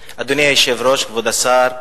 היושב-ראש, כבוד השר,